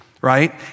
right